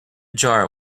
jar